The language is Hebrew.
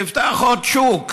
תפתח עוד שוק,